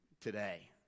today